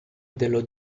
dello